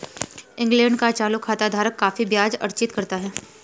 England का चालू खाता धारक काफी ब्याज अर्जित करता है